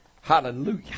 Hallelujah